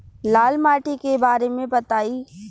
लाल माटी के बारे में बताई